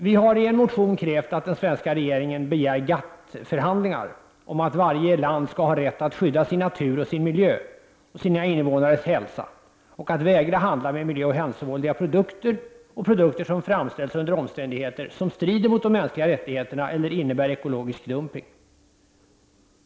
Vi har i en motion krävt att den svenska regeringen begär GATT-förhandlingar om att varje land skall ha rätt att skydda sin natur, sin miljö och invånarnas hälsa samt ha rätt att vägra handla med miljöoch hälsovårdliga produkter och produkter som framställs under omständigheter som strider mot de mänskliga rättigheterna eller innebär ekologisk dumpning.